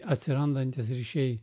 atsirandantys ryšiai